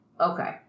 Okay